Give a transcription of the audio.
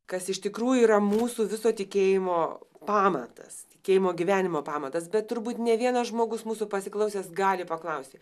kas iš tikrųjų yra mūsų viso tikėjimo pamatas tikėjimo gyvenimo pamatas bet turbūt ne vienas žmogus mūsų pasiklausęs gali paklausti